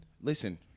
listen